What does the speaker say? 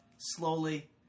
Slowly